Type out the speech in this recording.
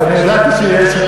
אני ידעתי שיש,